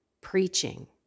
preaching